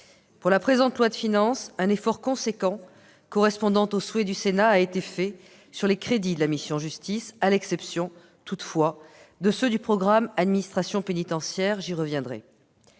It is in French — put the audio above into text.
présent projet de loi de finances, un effort important, correspondant aux souhaits du Sénat, a été fait pour les crédits de la mission « Justice », à l'exception toutefois de ceux du programme « Administration pénitentiaire ». J'y reviendrai.